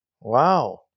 Wow